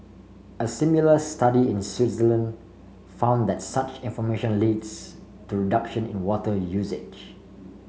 a similar study in Switzerland found that such information leads to reduction in water usage